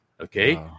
Okay